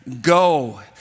Go